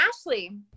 ashley